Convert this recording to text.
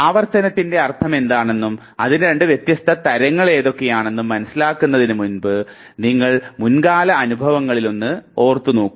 ആവർത്തനത്തിൻറെ അർത്ഥമെന്താണെന്നും അതിൻറെ രണ്ട് വ്യത്യസ്ത തരങ്ങൾ ഏതോക്കെയനെന്നും മനസ്സിലാക്കുന്നതിനുമുമ്പ് നിങ്ങളുടെ മുൻകാല അനുഭവങ്ങളിലൊന്ന് ഓർമിച്ചുനോക്കുക